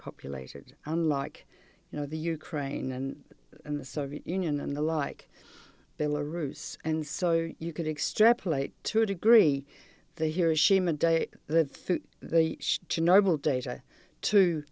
populated unlike you know the ukraine and the soviet union and the like there were roofs and so you could extrapolate to a degree they he